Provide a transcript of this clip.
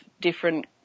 different